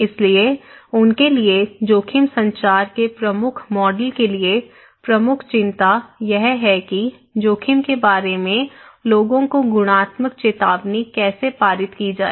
इसलिए उनके लिए जोखिम संचार के प्रमुख मॉडल के लिए प्रमुख चिंता यह है कि जोखिम के बारे में लोगों को गुणात्मक चेतावनी कैसे पारित की जाए